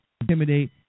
intimidate